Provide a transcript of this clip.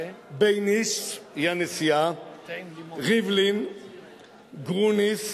בייניש, היא הנשיאה, ריבלין, גרוניס,